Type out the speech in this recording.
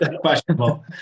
Questionable